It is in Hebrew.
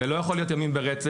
זה לא יכול להיות ימים ברצף,